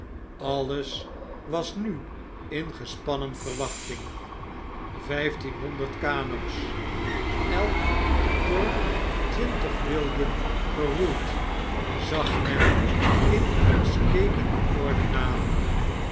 alles was nu in gespannen verwachting vgftien honderd kano's elk door twintig wilden geroeid zag men in uitstekende orde naderen